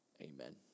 Amen